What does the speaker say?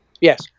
Yes